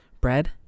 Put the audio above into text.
bread